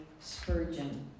Spurgeon